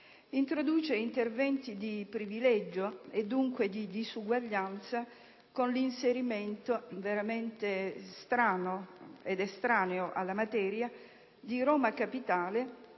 Introduce interventi di privilegio - e, dunque, di disuguaglianza - con l'inserimento, veramente strano ed estraneo alla materia, di Roma Capitale,